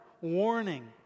warning